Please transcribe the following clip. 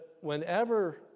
whenever